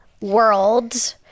world